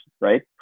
right